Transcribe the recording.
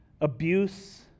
abuse